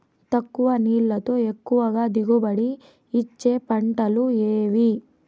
తక్కువ నీళ్లతో ఎక్కువగా దిగుబడి ఇచ్చే పంటలు ఏవి?